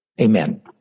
Amen